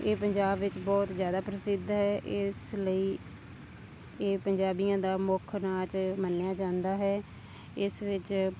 ਇਹ ਪੰਜਾਬ ਵਿੱਚ ਬਹੁਤ ਜ਼ਿਆਦਾ ਪ੍ਰਸਿੱਧ ਹੈ ਇਸ ਲਈ ਇਹ ਪੰਜਾਬੀਆਂ ਦਾ ਮੁੱਖ ਨਾਚ ਮੰਨਿਆ ਜਾਂਦਾ ਹੈ ਇਸ ਵਿੱਚ